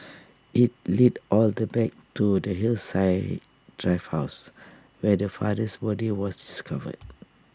IT led all the back to the Hillside drive house where the father's body was discovered